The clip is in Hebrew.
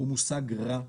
הוא מושג רע,